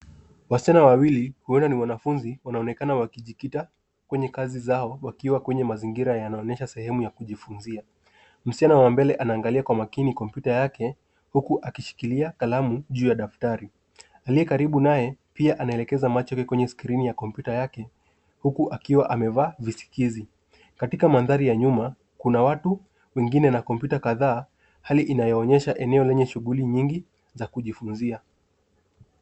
Wasichana wawili, huenda ni wanafunzi, wanaonekana wakijikita kwenye kazi zao, wakiwa kwenye mazingira yanayoonyesha sehemu ya kujifunzia. Msichana wa mbele anaangalia kwa umakini kwenye kompyuta yake, huku akishikilia kalamu juu ya daftari. Aliye karibu naye pia anaelekeza macho kwenye skrini ya kompyuta yake, huku akiwa amevaa visikizi. Katika mandhari ya nyuma, kuna watu wengine na kompyuta kadhaa, hali inayoonyesha eneo lenye shughuli nyingi za kujifunzia.